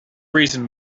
reason